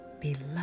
beloved